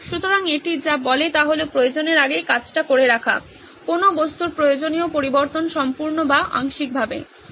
সুতরাং এটি যা বলে তা হল প্রয়োজনের আগেই কাজটা করে রাখা কোনও বস্তুর প্রয়োজনীয় পরিবর্তন সম্পূর্ণ বা আংশিকভাবে